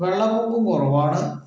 വെള്ളവും കുറവാണ്